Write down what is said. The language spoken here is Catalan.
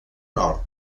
nord